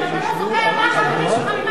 אי-אפשר לקנות "קוטג'" אתה לא זוכר מה החברים שלך,